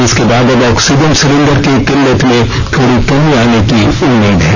इसके बाद अब ऑक्सीजन सिलेंडर की किल्लत में थोड़ी कमी आने की उम्मीद है